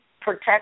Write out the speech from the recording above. protect